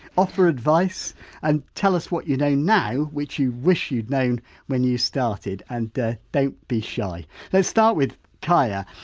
offer advice and tell us what you know now which you wish you'd known when you started. and don't be shy let's start with kaya.